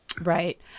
Right